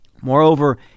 Moreover